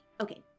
Okay